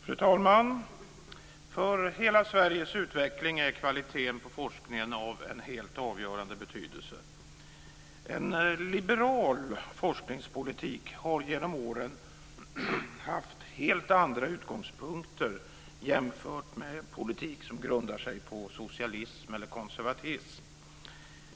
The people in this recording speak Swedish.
Fru talman! För hela Sveriges utveckling är kvaliteten på forskningen av helt avgörande betydelse. En liberal forskningspolitik har genom åren haft helt andra utgångspunkter jämfört med politik som grundar sig på socialism eller konservatism.